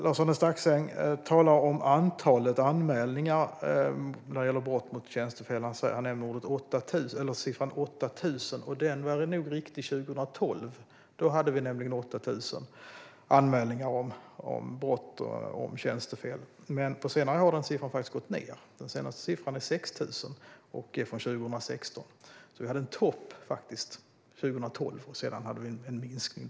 Lars-Arne Staxäng talar om antalet anmälningar om tjänstefel och nämner siffran 8 000. Denna siffra var riktig 2012. Då gjordes 8 000 anmälningar om brottet tjänstefel. Men på senare år har den siffran gått ned. Den senaste siffran är 6 000 och är från 2016. Vi hade en topp 2012. Därefter har det skett en minskning.